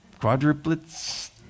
quadruplets